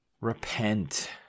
Repent